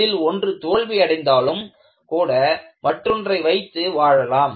அதில் ஒன்று தோல்வி அடைந்தாலும் கூட மற்றொன்றை வைத்து வாழலாம்